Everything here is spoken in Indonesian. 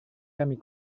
kami